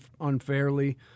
unfairly